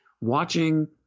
watching